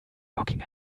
looking